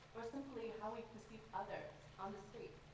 or simply how we perceive others on the street.